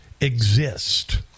exist